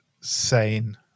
sane